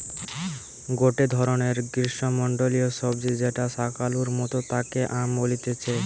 গটে ধরণের গ্রীষ্মমন্ডলীয় সবজি যেটা শাকালুর মতো তাকে য়াম বলতিছে